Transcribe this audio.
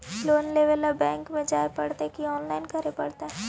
Loan लेवे ल bank में जाय पड़तै कि औनलाइन करे पड़तै?